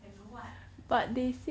and what have